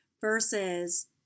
versus